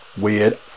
weird